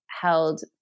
held